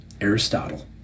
Aristotle